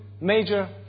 major